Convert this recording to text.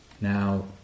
Now